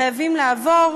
חייבים לעבור,